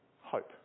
hope